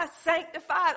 sanctified